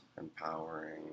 empowering